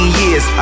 years